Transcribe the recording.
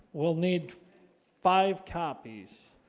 we'll need five copies